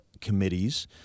committees